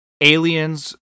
aliens